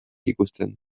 ikusten